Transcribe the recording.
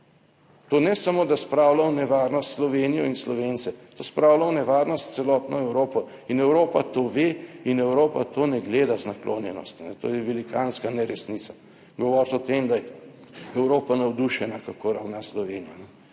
To ne samo, da spravlja v nevarnost Slovenijo in Slovence, to spravlja v nevarnost celotno Evropo in Evropa to ve in Evropa to ne gleda z naklonjenostjo. To je velikanska neresnica. Govoriti o tem, da je Evropa navdušena kako ravna Slovenija.